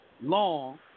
long